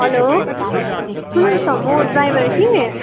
hello सुन्नु होस् न त म ड्राइभर हो कि